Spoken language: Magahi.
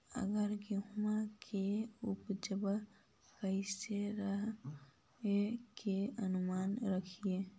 अबर गेहुमा के उपजबा कैसन रहे के अनुमान हखिन?